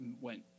went